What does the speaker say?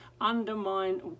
undermine